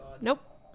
nope